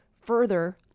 further